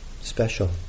special